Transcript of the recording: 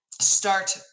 start